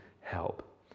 help